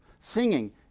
Singing